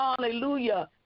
hallelujah